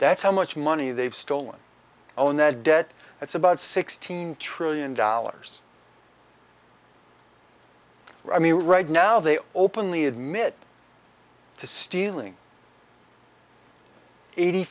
that's how much money they've stolen oh net debt it's about sixteen trillion dollars i mean right now they openly admit to stealing eighty